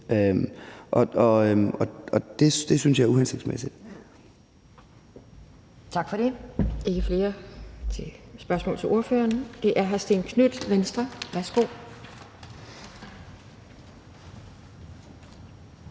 Og det synes jeg er uhensigtsmæssigt.